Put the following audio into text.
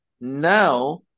now